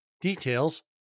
Details